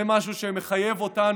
זה משהו שמחייב אותנו,